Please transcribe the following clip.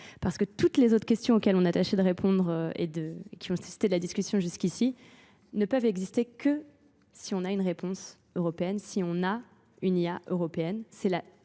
Parce que toutes les autres questions auxquelles on a tâché de répondre et qui ont existé de la discussion jusqu'ici ne peuvent exister que si on a une réponse européenne, si on a une IA européenne.